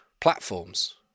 platforms